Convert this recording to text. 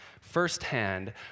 firsthand